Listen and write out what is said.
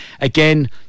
again